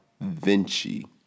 Vinci